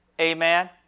Amen